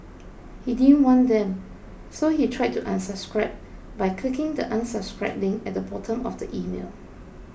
he didn't want them so he tried to unsubscribe by clicking the Unsubscribe link at the bottom of the email